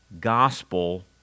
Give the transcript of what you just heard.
gospel